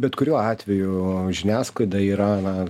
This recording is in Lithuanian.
bet kuriuo atveju žiniasklaida yra na